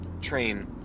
train